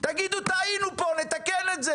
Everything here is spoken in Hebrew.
אתם נותנים הטבות מס וזורקים מאות אלפי מכוניות כל שנה